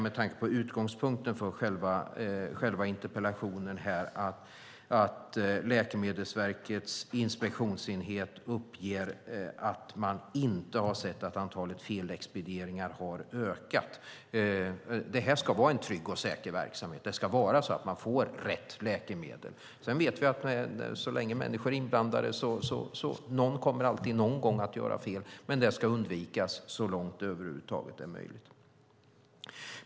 Med tanke på utgångspunkten för interpellationen är det viktigt att säga att Läkemedelsverkets inspektionsenhet uppger att man inte sett att antalet felexpedieringar skulle ha ökat. Det ska vara en trygg och säker verksamhet. Man ska få rätt läkemedel. Sedan vet vi att så länge människor är inblandade kommer någon alltid någon gång att göra fel, men det ska undvikas så långt det över huvud taget är möjligt.